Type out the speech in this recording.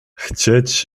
chcieć